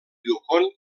yukon